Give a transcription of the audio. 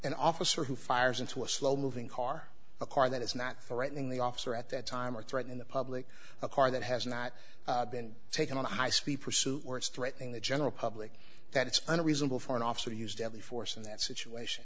an officer who fires into a slow moving car a car that is not threatening the officer at that time or threatening the public a car that has not been taken on a high speed pursuit where it's threatening the general public that it's unreasonable for an officer to use deadly force in that situation